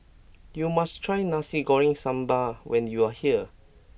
you must try Nasi Goreng Sambal when you are here